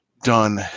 done